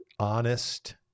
honest